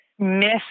Miss